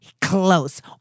close